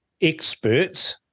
experts